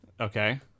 Okay